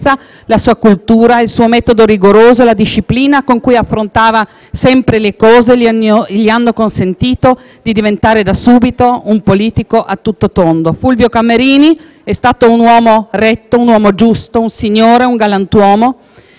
la sua cultura, il suo metodo rigoroso e la disciplina con cui affrontava sempre le cose gli hanno consentito di diventare da subito un politico a tutto tondo. Fulvio Camerini è stato un uomo retto e giusto, un signore e un galantuomo.